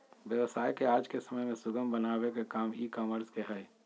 व्यवसाय के आज के समय में सुगम बनावे के काम ई कॉमर्स के हय